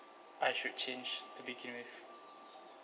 I should change to begin with